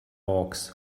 hawks